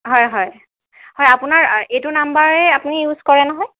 হয় হয় হয় আপোনাৰ এইটো নাম্বাৰেই আপুনি ইউজ কৰে নহয়